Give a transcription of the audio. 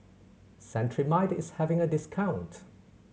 Cetrimide is having a discount